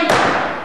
מספיק.